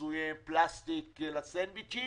מכיסויי פלסטיק לסנדוויצ'ים